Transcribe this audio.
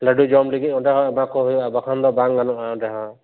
ᱞᱟᱹᱰᱩ ᱡᱚᱢ ᱞᱟᱹᱜᱤᱫ ᱚᱸᱰᱮ ᱦᱚᱸ ᱮᱢᱟ ᱠᱚ ᱦᱩᱭᱩᱜᱼᱟ ᱵᱟᱠᱷᱟᱱ ᱫᱚ ᱵᱟᱝ ᱜᱟᱱᱚᱜᱼᱟ ᱚᱸᱰᱮ ᱦᱚᱸ